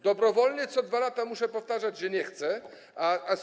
Dobrowolnie co 2 lata muszę powtarzać, że nie chcę.